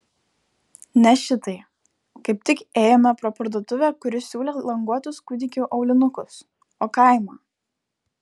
ne šitai kaip tik ėjome pro parduotuvę kuri siūlė languotus kūdikių aulinukus o kaimą